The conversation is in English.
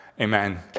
Amen